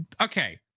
okay